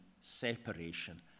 separation